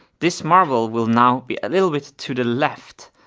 this marble will now be a little bit to the left,